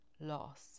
loss